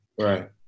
Right